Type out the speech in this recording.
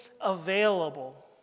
available